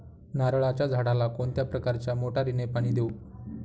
नारळाच्या झाडाला कोणत्या प्रकारच्या मोटारीने पाणी देऊ?